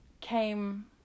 came